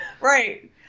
Right